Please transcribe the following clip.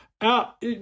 out